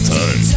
time